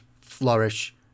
Flourish